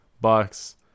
Bucks